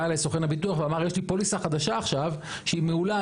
אליי סוכן הביטוח ואמר לי יש לי פוליסה חדשה עכשיו שהיא מעולה,